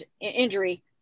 injury